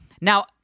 now